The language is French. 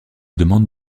demande